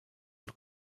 und